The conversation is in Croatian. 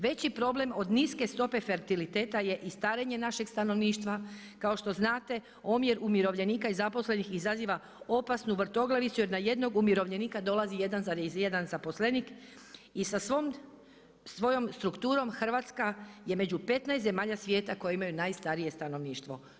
Veći problem od niske stope fertiliteta je i starenje našeg stanovništva, kako što znate omjer umirovljenika i zaposlenih izaziva opasnu vrtoglavicu, jer na jednog umirovljenika dolazi 1,1 zaposlenik i sa svom svojom strukturom Hrvatska je među 15 zemalja svijeta koji najstarije stanovništvo.